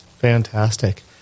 Fantastic